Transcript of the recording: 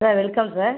sir welcome sir